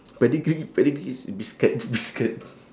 pedigree pedigree is biscuit biscuit